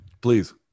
Please